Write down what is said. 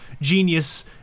genius